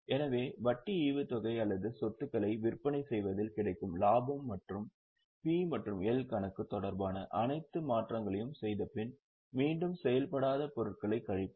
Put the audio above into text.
எனவே வட்டி ஈவுத்தொகை அல்லது சொத்துக்களை விற்பனை செய்வதில் கிடைக்கும் லாபம் மற்றும் P மற்றும் L கணக்கு தொடர்பான அனைத்து மாற்றங்களையும் செய்தபின் மீண்டும் செயல்படாத பொருட்களைக் கழிப்போம்